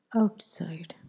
outside